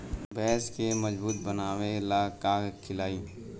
भैंस के मजबूत बनावे ला का खिलाई?